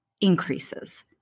increases